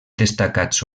destacats